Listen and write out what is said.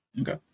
Okay